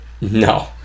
No